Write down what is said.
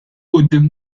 quddiem